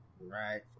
right